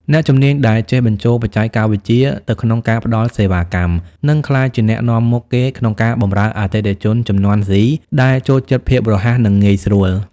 អ្នកជំនាញដែលចេះបញ្ចូលបច្ចេកវិទ្យាទៅក្នុងការផ្ដល់សេវាកម្ម នឹងក្លាយជាអ្នកនាំមុខគេក្នុងការបម្រើអតិថិជនជំនាន់ Z ដែលចូលចិត្តភាពរហ័ស និងងាយស្រួល។